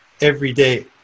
Everyday